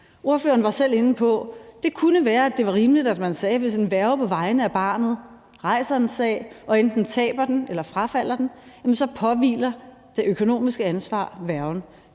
Ordføreren var selv inde på, at det kunne være, at det var rimeligt, at man sagde, at hvis en værge på vegne af barnet rejser en sag og enten taber den eller frafalder den, påhviler det økonomiske ansvar værgen.